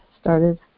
started